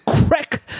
crack